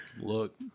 Look